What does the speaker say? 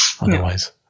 Otherwise